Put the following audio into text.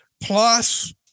plus